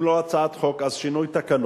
אם לא הצעת חוק אז שינוי תקנות,